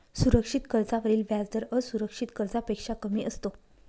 सुरक्षित कर्जावरील व्याजदर असुरक्षित कर्जापेक्षा कमी असतो